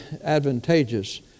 advantageous